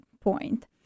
point